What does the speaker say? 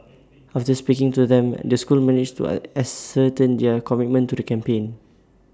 after speaking to them the school managed to A ascertain their commitment to the campaign